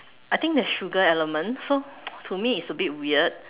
I think there's sugar element so to me it's a bit weird